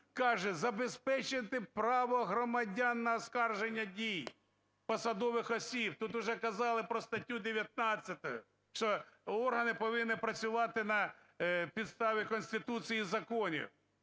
каже: забезпечити право громадян на оскарження дій посадових осіб. Тут вже казали про статтю 19, що органи повинні працювати на підставі Конституції і законів.